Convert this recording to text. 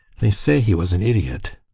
they say he was an idiot.